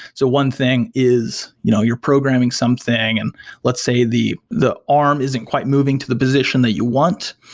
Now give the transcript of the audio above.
so one thing is you know you're programming something, and let's say the the arm isn't quite moving to the position that you want.